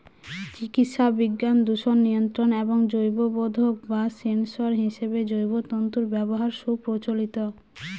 চিকিৎসাবিজ্ঞান, দূষণ নিয়ন্ত্রণ এবং জৈববোধক বা সেন্সর হিসেবে জৈব তন্তুর ব্যবহার সুপ্রচলিত